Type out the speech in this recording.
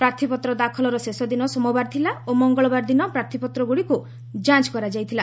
ପ୍ରାର୍ଥୀପତ୍ର ଦାଖଲର ଶେଷ ଦିନ ସୋମବାର ଥିଲା ଓ ମଙ୍ଗଳବାର ଦିନ ପ୍ରାର୍ଥୀପତ୍ରଗୁଡ଼ିକୁ ଯାଞ୍ କରାଯାଇଥିଲା